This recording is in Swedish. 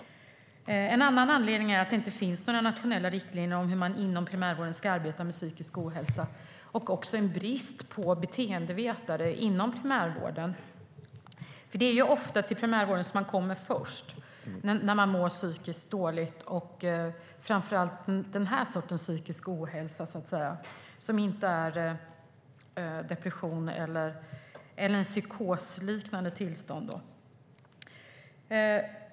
En annan anledning är att det inte finns några nationella riktlinjer för hur man inom primärvården ska arbeta med psykisk ohälsa. Det finns också brist på beteendevetare inom primärvården. Det är ju ofta till primärvården man kommer först när man mår psykiskt dåligt. Det gäller framför allt den sortens psykisk ohälsa som inte är depression eller psykosliknande tillstånd.